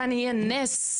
כאן יהיה נס,